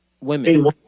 women